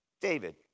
David